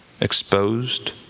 exposed